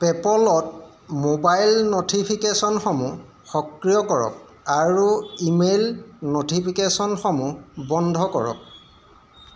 পে'পলত ম'বাইল ন'টিফিকেশ্যনসমূহ সক্ৰিয় কৰক আৰু ইমেইল ন'টিফিকেশ্যনসমূহ বন্ধ কৰক